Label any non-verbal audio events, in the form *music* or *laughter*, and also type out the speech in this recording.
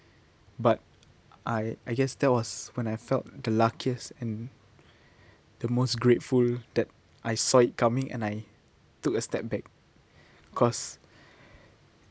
but I I guess that was when I felt the luckiest and the most grateful that I saw it coming and I took a step back cause *breath*